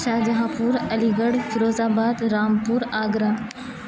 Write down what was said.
شاہجہاں پور Aligarh Firozabad Rampur Agra